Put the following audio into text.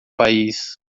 país